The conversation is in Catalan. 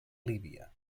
líbia